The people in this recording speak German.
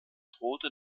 drohte